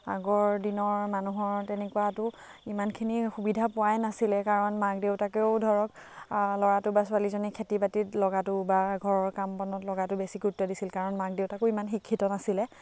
আগৰ দিনৰ মানুহৰ তেনেকুৱাতো ইমানখিনি সুবিধা পোৱাই নাছিলে কাৰণ মাক দেউতাকেও ধৰক ল'ৰাটো বা ছোৱালীজনী খেতি বাতিত লগাটোত বা ঘৰৰ কাম বনত লগাটোত বেছি গুৰুত্ব দিছিল কাৰণ মাক দেউতাকো ইমান শিক্ষিত নাছিলে